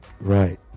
Right